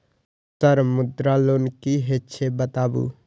Sir Mudra loan की हे छे बताबू?